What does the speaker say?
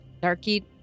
Darky